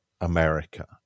america